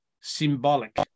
symbolic